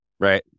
right